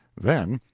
then